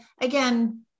again